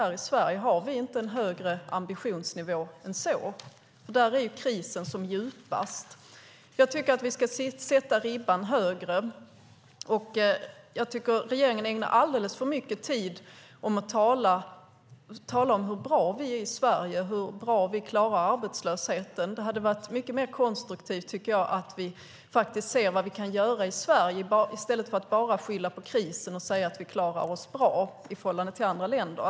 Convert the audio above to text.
Har vi inte högre ambitionsnivå än så? I dessa länder är ju krisen som djupast. Jag tycker att vi ska sätta ribban högre. Regeringen ägnar alldeles för mycket tid åt att tala om hur bra vi är i Sverige, hur bra vi klarar arbetslösheten. Det hade varit mycket mer konstruktivt att se vad vi i Sverige kan göra i stället för att bara skylla på krisen och säga att vi klarar oss bra i förhållande till andra länder.